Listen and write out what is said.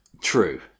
True